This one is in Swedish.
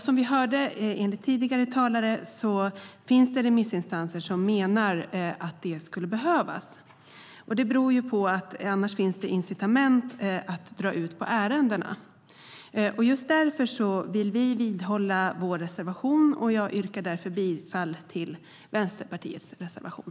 Som vi hörde enligt tidigare talare finns det remissinstanser som menar att det skulle behövas. Det beror på att det annars finns incitament att dra ut på ärendena. Just därför vill vi vidhålla vår reservation, och jag yrkar därför bifall till Vänsterpartiets reservation.